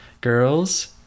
Girls